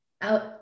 out